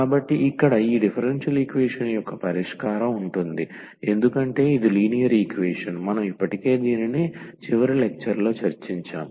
కాబట్టి ఇక్కడ ఈ డిఫరెన్షియల్ ఈక్వేషన్ యొక్క పరిష్కారం ఉంటుంది ఎందుకంటే ఇది లీనియర్ ఈక్వేషన్ మనం ఇప్పటికే దీనిని చివరి లెక్చర్లో చర్చించాము